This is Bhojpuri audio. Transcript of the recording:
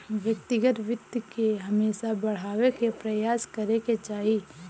व्यक्तिगत वित्त के हमेशा बढ़ावे के प्रयास करे के चाही